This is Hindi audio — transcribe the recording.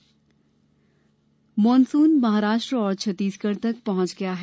मौसम मॉनसून महाराष्ट्र और छत्तीसगढ़ तक पहुँच गया है